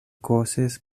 courses